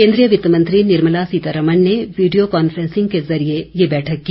केन्द्रीय वित्तमंत्री निर्मला सीतारामन ने वीडियो कांफ्रेंसिंग के जरिए यह बैठक की